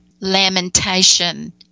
lamentation